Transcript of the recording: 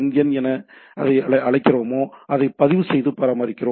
என் என எதை அழைக்கிறோமோ அதை பதிவுசெய்து பராமரிக்கிறோம்